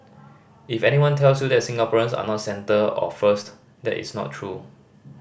if anyone tells you that Singaporeans are not centre or first that is not true